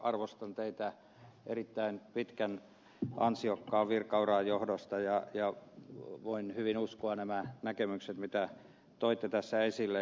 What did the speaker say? arvostan teitä erittäin pitkän ansiokkaan virkauran johdosta ja voin hyvin uskoa nämä näkemykset mitä toitte tässä esille